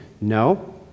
no